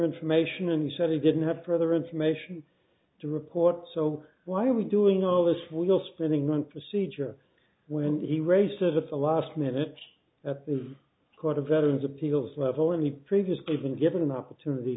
information and he said he didn't have further information to report so why are we doing all this wheel spinning one procedure when he races up the last minute at the court of veterans appeals level in the previous even given an opportunity